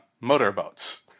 motorboats